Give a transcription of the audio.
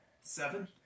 seven